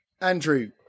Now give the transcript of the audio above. Andrew